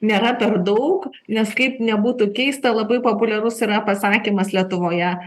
nėra per daug nes kaip nebūtų keista labai populiarus yra pasakymas lietuvoje